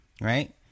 Right